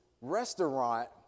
restaurant